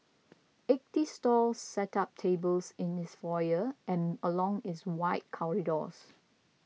eighty stalls set up tables in its foyer and along its wide corridors